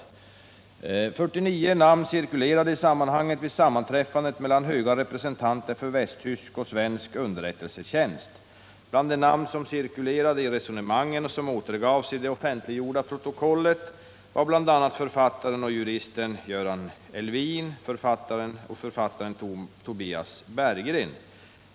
49 namn cirkulerade i sammanhanget vid ett sammanträffande mellan höga representanter för västtysk och svensk underrättelsetjänst. Bland de namn som cirkulerade i resonemangen och som återgavs i det offentliggjorda protokollet fanns författaren och juristen Göran Elwin och författaren Tobias Berggren.